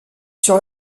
sur